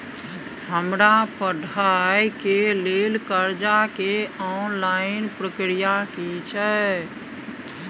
हमरा पढ़ाई के लेल कर्जा के ऑनलाइन प्रक्रिया की छै?